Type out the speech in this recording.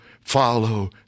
follow